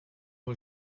who